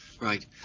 Right